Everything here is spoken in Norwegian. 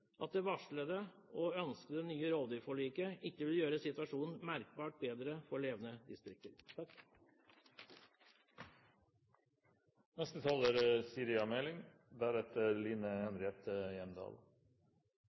at det varslede og ønskede nye rovdyrforliket ikke vil gjøre situasjonen merkbart bedre for levende distrikter.